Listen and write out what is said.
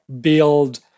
build